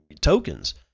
tokens